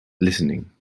listening